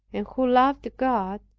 and who loved god,